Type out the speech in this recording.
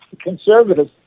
conservatives